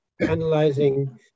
analyzing